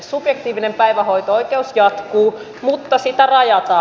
subjektiivinen päivähoito oikeus jatkuu mutta sitä rajataan